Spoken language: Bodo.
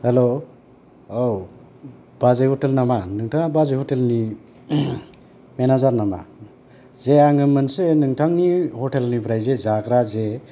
हेल' औ बाजै हटेल नामा नोंथांआ बाजै हटेल नि मेनाजार नामा जे आङो मोनसे नोंथांनि हटेल निफ्राय जे जाग्रा जे